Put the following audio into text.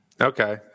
Okay